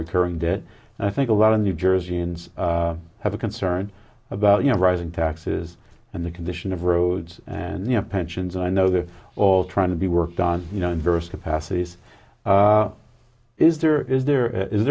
and i think a lot of new jerseyans have a concern about you know rising taxes and the condition of roads and you know pensions and i know they're all trying to be worked on you know in various capacities is there is there is